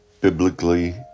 biblically